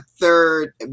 third